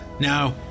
Now